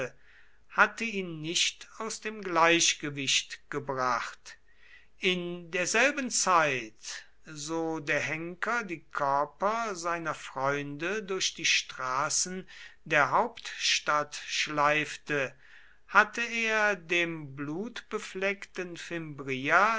hatte ihn nicht aus dem gleichgewicht gebracht in derselben zeit so der henker die körper seiner freunde durch die straßen der hauptstadt schleifte hatte er dem blutbefleckten fimbria